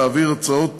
להעביר הצעות